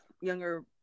younger